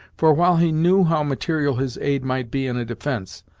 for, while he knew how material his aid might be in a defence,